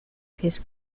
his